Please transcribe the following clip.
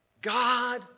God